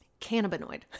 Cannabinoid